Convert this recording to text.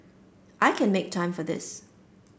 I can make time for this